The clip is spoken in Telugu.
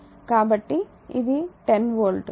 కాబట్టి ఇది 10 వోల్ట్